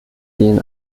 gehen